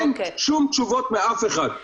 אין שום תשובות מאף אחד.